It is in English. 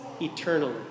eternally